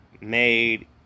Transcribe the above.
made